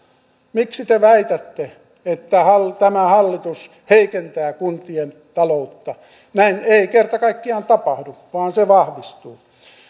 miksi te väitätte että tämä hallitus heikentää kuntien taloutta näin ei kerta kaikkiaan tapahdu vaan se vahvistuu